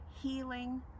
healing